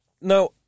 Now